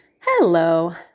Hello